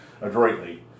adroitly